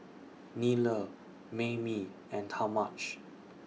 Nile Maymie and Talmage